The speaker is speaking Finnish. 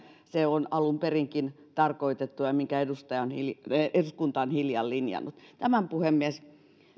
se on alun perinkin tarkoitettu ja ja minkä eduskunta on hiljan linjannut tämän puhemies